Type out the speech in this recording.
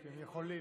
כי הם יכולים.